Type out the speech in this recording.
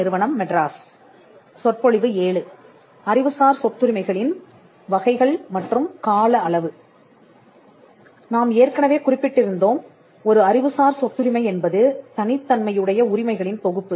நாம் ஏற்கனவே குறிப்பிட்டிருந்தோம் ஒரு அறிவுசார் சொத்துரிமை என்பது தனித்தன்மையுடைய உரிமைகளின் தொகுப்பு